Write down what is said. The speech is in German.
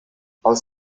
aus